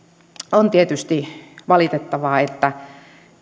on tietysti valitettavaa että